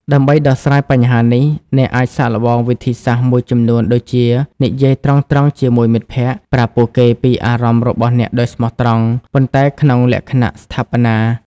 ដើម្បីដោះស្រាយបញ្ហានេះ អ្នកអាចសាកល្បងវិធីសាស្ត្រមួយចំនួនដូចជានិយាយត្រង់ៗជាមួយមិត្តភក្តិ ប្រាប់ពួកគេពីអារម្មណ៍របស់អ្នកដោយស្មោះត្រង់ ប៉ុន្តែក្នុងលក្ខណៈស្ថាបនា។